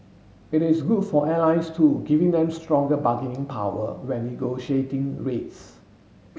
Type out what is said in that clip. it is good for airlines too giving them stronger bargaining power when negotiating rates